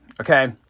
okay